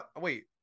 wait